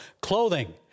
clothing